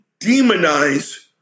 demonize